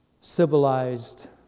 civilized